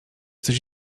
coś